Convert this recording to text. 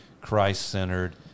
Christ-centered